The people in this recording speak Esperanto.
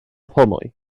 pomoj